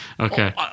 Okay